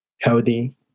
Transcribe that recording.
healthy